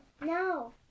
No